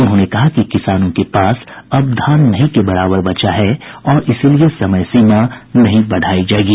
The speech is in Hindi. उन्होंने कहा कि किसानों के पास अब धान नहीं के बराबर बचा है और इसीलिए समय सीमा नहीं बढ़ायी जायेगी